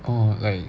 orh like